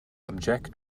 object